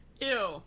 Ew